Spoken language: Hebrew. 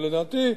ולדעתי,